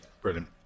Brilliant